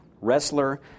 wrestler